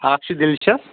اکھ چھُ ڈیٚلِشس